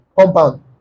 compound